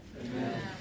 Amen